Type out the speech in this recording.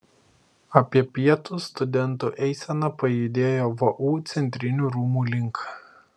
apie pietus studentų eisena pajudėjo vu centrinių rūmų link